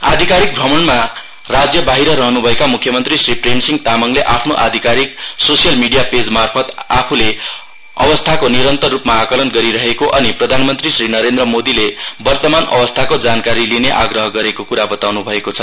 आधिकारिक भ्रमणमा राज्य बाहिर रहन्भएका म्ख्यमन्त्री श्री प्रेमसिंह तामाङले आफ्नो आधिकारिक सोस्यल मिडिया पेजमार्फत आफूले अवस्थाको निरन्तर रूपमा आकलन गरिरहेको अनि प्रधानमन्त्री श्री नरेन्द्र मोदीले वर्तमान अवस्थाको जानकारी लिने आग्रह गरेको क्रा बताउन्भएको छ